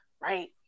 right